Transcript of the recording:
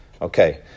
Okay